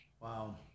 Wow